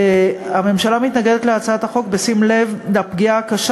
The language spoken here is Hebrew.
והממשלה מתנגדת להצעת החוק בשים לב לפגיעה הקשה